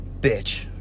bitch